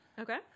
okay